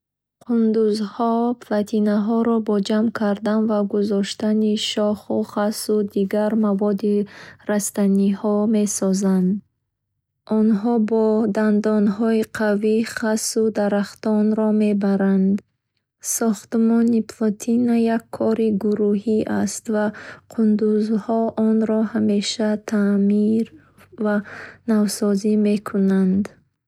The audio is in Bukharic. Қундузҳо плотинаҳоро бо ҷамъ кардан ва гузоштани шоху хасу дигар маводи растаниҳо месозанд. Онҳо бо дандонҳои қавӣ хасу дарахтонро мебаранд. Сохтмони плотина як кори гурӯҳӣ аст, ва қундузҳо онро ҳамеша таъмир ва навсозӣ мекунанд.